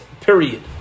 period